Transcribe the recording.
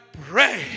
Pray